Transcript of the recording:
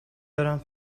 دارم